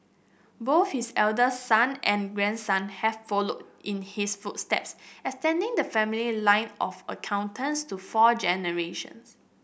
both his eldest son and grandson have followed in his footsteps extending the family line of accountants to four generation